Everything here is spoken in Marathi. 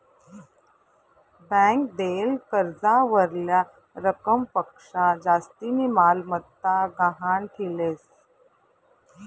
ब्यांक देयेल कर्जावरल्या रकमपक्शा जास्तीनी मालमत्ता गहाण ठीलेस